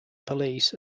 police